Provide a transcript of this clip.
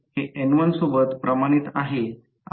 जो मोटर च्या सामर्थ्यावर अवलंबून असतो